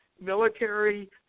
military